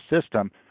system